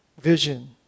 Vision